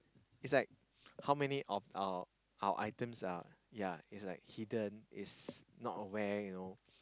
is like how many of our our items are yea is like hidden is not aware you know